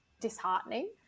disheartening